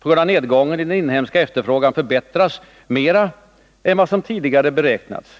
på grund av nedgången i den inhemska efterfrågan, förbättras mer än vad som tidigare beräknats.